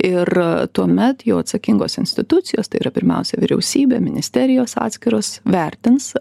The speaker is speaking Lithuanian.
ir tuomet jo atsakingos institucijos tai yra pirmiausia vyriausybė ministerijos atskiros vertins